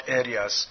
areas